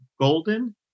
Golden